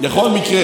בכל מקרה,